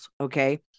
okay